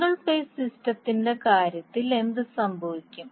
single phase സിസ്റ്റത്തിന്റെ കാര്യത്തിൽ എന്ത് സംഭവിക്കും